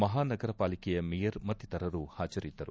ಮಹಾನಗರ ಪಾಲಿಕೆಯ ಮೇಯರ್ ಮತ್ತಿತರರು ಹಾಜರಿದ್ದರು